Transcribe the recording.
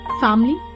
family